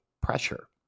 pressure